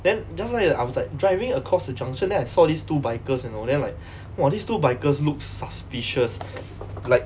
then just nice I was like driving across the junction then I saw these two bikers you know then like !wah! these two bikers looks suspicious like